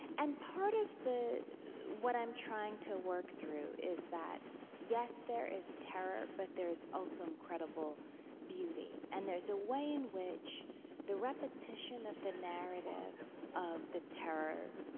and part of what i'm trying to work through is that yes, there is terror, but there is also incredible beauty. and there's a way in which the repetition of the narrative of the terror